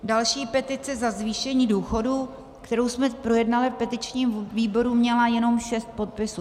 Další, petice za zvýšení důchodů, kterou jsme projednali v petičním výboru, měla jenom 6 podpisů.